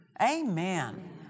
Amen